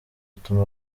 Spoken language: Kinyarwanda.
utuma